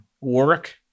work